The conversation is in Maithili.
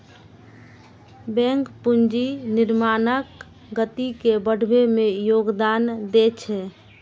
बैंक पूंजी निर्माणक गति के बढ़बै मे योगदान दै छै